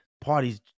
parties